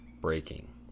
Breaking